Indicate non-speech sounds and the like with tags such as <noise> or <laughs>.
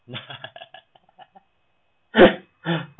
<laughs>